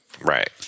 Right